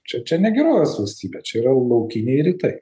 čia čia ne gerovės valstybė čia yra laukiniai rytai